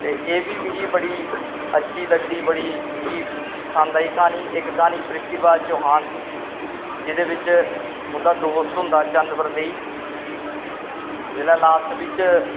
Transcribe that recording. ते एह् बी मीगी बड़ी अच्छी सगदी मिगी कहानी इक पृथ्वीराज चौहान दी जेह्दै बिच्च उंदा दोस्त होंदा चन्दपरदेई जिसलै लास्ट बिच्च